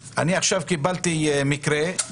קיבלתי עכשיו מקרה של